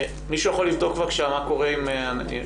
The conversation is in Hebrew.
מישהו יכול לבדוק בבקשה מה קורה עם נתנאל?